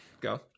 Go